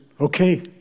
okay